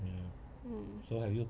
mm